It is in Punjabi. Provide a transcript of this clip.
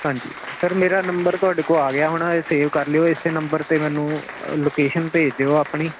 ਹਾਂਜੀ ਸਰ ਮੇਰਾ ਨੰਬਰ ਤੁਹਾਡੇ ਕੋਲ ਆ ਗਿਆ ਹੋਣਾ ਸੇਵ ਕਰ ਲਿਓ ਇਸੇ ਨੰਬਰ ਤੇ ਮੈਨੂੰ ਲੋਕੇਸ਼ਨ ਭੇਜ ਦਿਓ ਆਪਣੀ